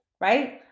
right